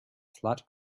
flat